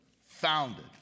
founded